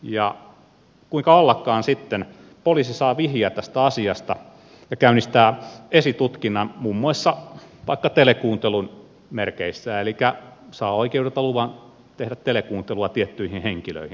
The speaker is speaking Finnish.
ja kuinka ollakaan sitten poliisi saa vihiä tästä asiasta ja käynnistää esitutkinnan muun muassa vaikka telekuuntelun merkeissä elikkä saa oikeudelta luvan tehdä telekuuntelua tiettyihin henkilöihin